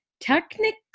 technically